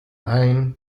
ein